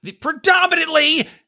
predominantly